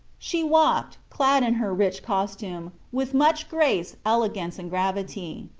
she walked, clad in her rich costume, with much grace, elegance, and gravity.